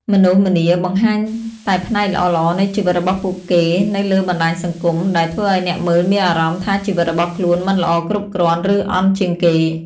មនុស្សម្នាបង្ហាញតែផ្នែកល្អៗនៃជីវិតរបស់ពួកគេនៅលើបណ្តាញសង្គម ដែលធ្វើឲ្យអ្នកមើលមានអារម្មណ៍ថាជីវិតរបស់ខ្លួនមិនល្អគ្រប់គ្រាន់ ឬអន់ជាងគេ។